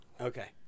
okay